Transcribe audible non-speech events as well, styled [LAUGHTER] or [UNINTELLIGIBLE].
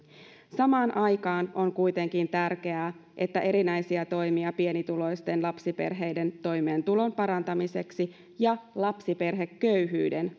samaan aikaan on kuitenkin tärkeää että erinäisiä toimia pienituloisten lapsiperheiden toimeentulon parantamiseksi ja lapsiperheköyhyyden [UNINTELLIGIBLE]